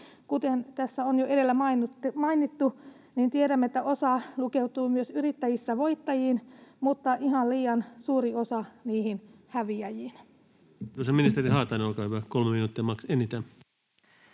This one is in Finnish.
Kuten tässä on jo edellä mainittu, niin tiedämme, että osa lukeutuu myös yrittäjissä voittajiin, mutta ihan liian suuri osa niihin häviäjiin. [Speech 209] Speaker: Ensimmäinen